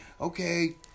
okay